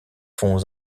fond